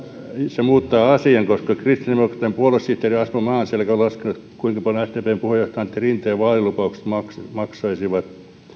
se muuttaa asian koska kristillisdemokraattien puoluesihteeri asmo maanselkä on laskenut kuinka paljon sdpn puheenjohtaja antti rinteen vaalilupaukset maksaisivat